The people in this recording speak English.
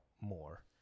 more